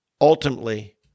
ultimately